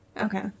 Okay